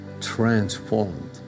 transformed